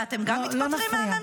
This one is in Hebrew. מה, אתם גם מתפטרים מהממשלה?